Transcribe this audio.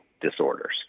disorders